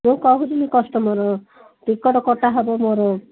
ମୁଁ କହୁଥିଲି customer ticket କଟାହେବ ମୋର